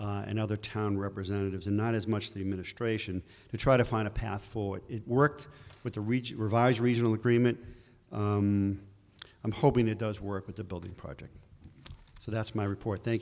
other town representatives and not as much the administration to try to find a path forward it worked with the reach revise regional agreement i'm hoping it does work with the building project so that's my report that